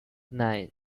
nine